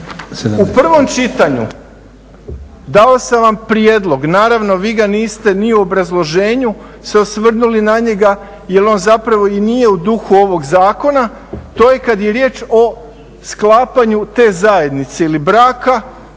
U prvom čitanju, dao sam vam prijedlog, naravno vi ga niste ni u obrazloženju se osvrnuli na njega, jer on zapravo i nije u duhu ovog zakona, to je kad je riječ o sklapanju te zajednice ili braka,